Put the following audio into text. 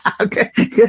Okay